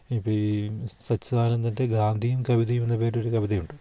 ഇപ്പം ഈ സച്ചിദാനന്ദൻ്റെ ഗാന്ധിയും കവിതയും എന്ന പേരിൽ ഒരു കവിതയുണ്ട്